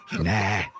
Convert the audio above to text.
Nah